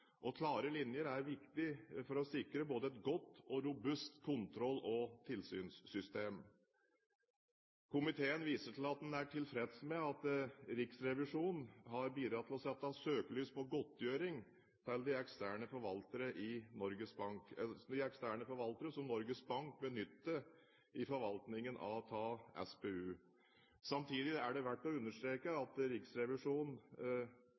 Og klare linjer er viktig for å sikre et både godt og robust kontroll- og tilsynssystem. Komiteen viser til at den er tilfreds med at Riksrevisjonen har bidratt til å sette søkelys på godtgjøring til de eksterne forvaltere som Norges Bank benytter i forvaltningen av SPU. Samtidig er det verdt å understreke